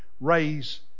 raise